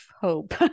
hope